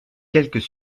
quelques